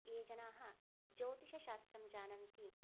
ये जनाः ज्योतिषशास्त्रं जानन्ति